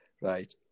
Right